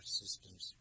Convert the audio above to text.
systems